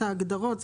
הבריאות.